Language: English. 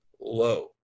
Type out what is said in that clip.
low